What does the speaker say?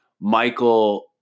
Michael